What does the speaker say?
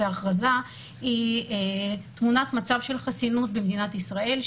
ההכרזה היא תמונת מצב החסינות במדינת ישראל,